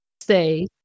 say